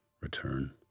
return